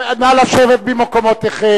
נא לשבת במקומותיכם.